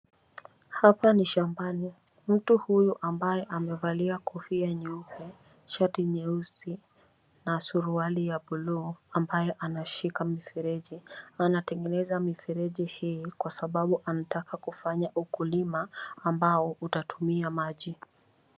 Hapa ni shambani, mtu huyu ambaye amevalia kofi nyeupe, shati nyeusi na suruali ya buluu ambaye anashika mfereji anatengeneza mfereji hii kwa sababu anataka kufanya ukulima ambao utatumia maji.